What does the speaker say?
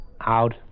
out